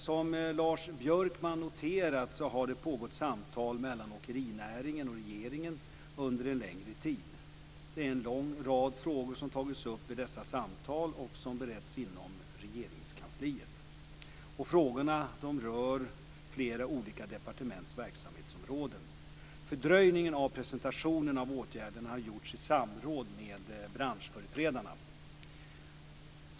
Som Lars Björkman noterat har det pågått samtal mellan åkerinäringen och regeringen under en längre tid. Det är en lång rad frågor som tagits upp i dessa samtal och som beretts inom Regeringskansliet. Frågorna rör flera olika departements verksamhetsområden. Fördröjningen av presentationen av åtgärderna har gjorts i samråd med branschföreträdarna.